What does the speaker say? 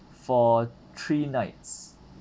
for three nights